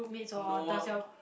Noel